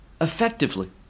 effectively